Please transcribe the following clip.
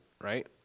right